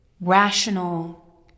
rational